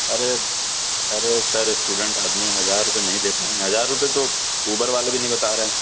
ارے ارے sir student آدمی ہزار روپئے نہیں دے پائیں گے ہزار روپئے تو اوبر والے بھی نہیں بتا رہے